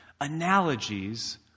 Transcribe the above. Analogies